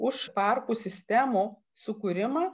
už parkų sistemų sukūrimą